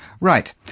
Right